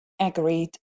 agreed